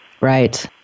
Right